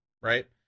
right